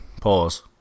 Pause